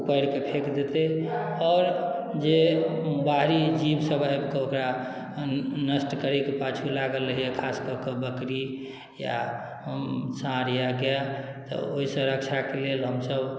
उपारि कऽ फेक देतै आओर जे बाहरी जीवसभ आबि कऽ ओकरा नष्ट करैके पाछू लागल रहैए खास कऽ कऽ बकरी या साँढ़ या गाए तऽ ओहिसँ रक्षाके लेल हमसभ